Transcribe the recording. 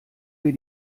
wir